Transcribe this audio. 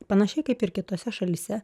panašiai kaip ir kitose šalyse